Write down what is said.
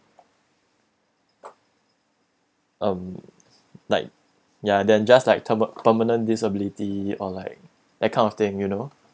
um like ya then just like perm~ permanent disability or like that kind of thing you know